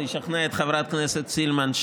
זה ישכנע את חברת הכנסת סילמן,